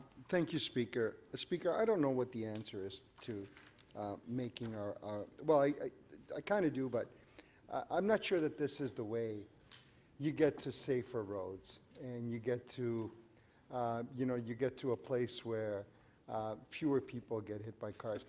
thank you, speaker. speaker, i don't know what the answer is to make our our well i i kind of do, but i'm not sure that this is the way you get to safer roads. and you get to you know, you get to a place where fewer people get hit by cars.